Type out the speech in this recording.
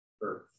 earth